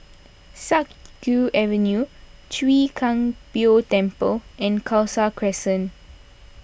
Siak Kew Avenue Chwee Kang Beo Temple and Khalsa Crescent